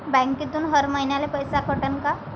बँकेतून हर महिन्याले पैसा कटन का?